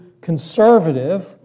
conservative